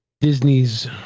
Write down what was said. Disney's